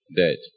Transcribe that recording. dead